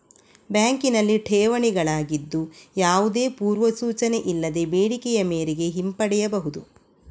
ಬ್ಯಾಂಕಿನಲ್ಲಿ ಠೇವಣಿಗಳಾಗಿದ್ದು, ಯಾವುದೇ ಪೂರ್ವ ಸೂಚನೆ ಇಲ್ಲದೆ ಬೇಡಿಕೆಯ ಮೇರೆಗೆ ಹಿಂಪಡೆಯಬಹುದು